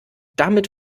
damit